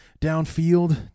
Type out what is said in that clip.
downfield